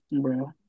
Bro